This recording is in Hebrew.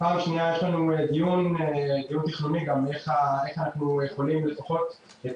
פעם שניה יש לנו דיון תכנוני גם איך אנחנו יכולים לפחות את